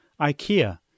Ikea